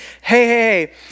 hey